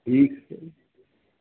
ठीक है